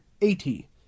eighty